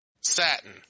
Satin